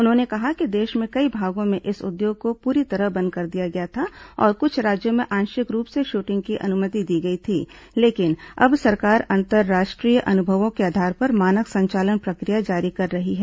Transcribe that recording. उन्होंने कहा कि देश के कई भागों में इस उद्योग को पूरी तरह बंद कर दिया गया था और कुछ राज्यों में आंशिक रूप से शूटिंग की अनुमति दी गई थी लेकिन अब सरकार अंतर्राष्ट्रीय अनुभवों के आधार पर मानक संचालन प्रक्रिया जारी कर रही है